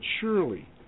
surely